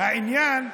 מאי גולן.